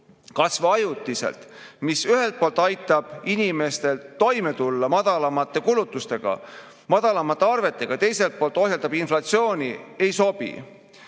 kas või ajutiselt, mis ühelt poolt aitaks inimestel toime tulla madalamate kulutuste, [väiksemate] arvete abil, ja teiselt poolt ohjeldaks inflatsiooni, ei sobi.